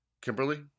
Kimberly